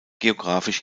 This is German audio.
geografisch